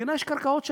למדינה יש קרקעות שלה.